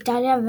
איטליה,